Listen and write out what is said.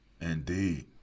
indeed